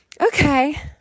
okay